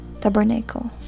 tabernacle